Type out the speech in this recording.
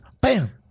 bam